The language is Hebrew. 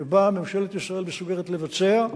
שבה ממשלת ישראל מסוגלת לבצע,